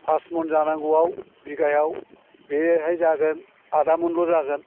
फास मन जानांगौआव बिघायाव बेयोहाय जागोन आदा मनल' जागोन